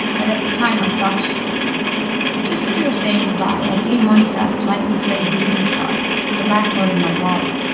but at the time, i thought she did just as we were saying goodbye, i gave manisha a slightly frayed business card the last one in my wallet.